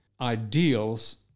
ideals